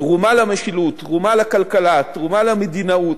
תרומה למשילות, תרומה לכלכלה, תרומה למדינאות,